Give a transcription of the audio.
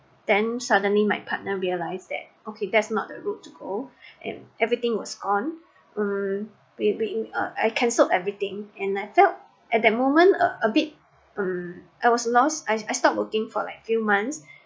then suddenly my partner realize that okay that's not route to go and everything was gone hmm we we uh I cancelled everything and I felt at that moment uh a bit hmm I was lost I I stopped working for like few months